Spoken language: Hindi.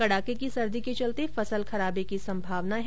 कड़ाके की सर्दी के चलते फसल खराबे की संभावना है